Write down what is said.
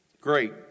Great